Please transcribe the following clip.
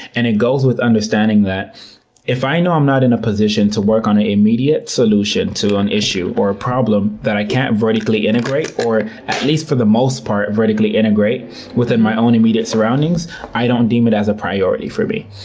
and it goes with understanding that if i know i'm not in a position to work on an immediate solution to an issue or a problem that i can't vertically integrate or at least for the most part vertically integrate within my own immediate surroundings i don't deem it as a priority for me.